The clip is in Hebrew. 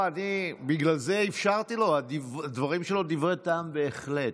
בגלל זה אפשרתי לו, הדברים שלו דברי טעם בהחלט.